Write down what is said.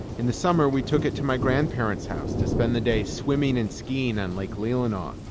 in the summer we took it to my grandparents' house to spend the day swimming and skiing on lake leelanau.